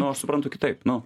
nu aš suprantu kitaip nu